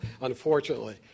unfortunately